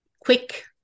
quick